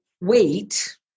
wait